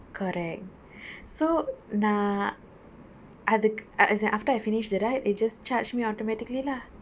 correct so நா அதுக்கு:naa athuku as in after I finish the ride it just charged me automatically lah